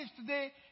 today